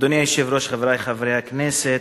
אדוני היושב-ראש, חברי חברי הכנסת,